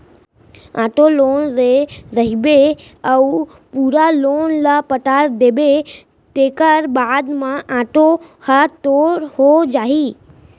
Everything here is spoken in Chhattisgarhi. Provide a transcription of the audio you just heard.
आटो लोन ले रहिबे अउ पूरा लोन ल पटा देबे तेखर बाद म आटो ह तोर हो जाही